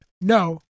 No